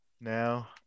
now